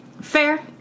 Fair